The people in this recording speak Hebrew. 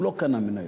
הוא לא קנה מניות.